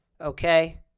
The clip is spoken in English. Okay